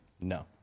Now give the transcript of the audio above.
No